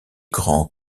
grands